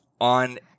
on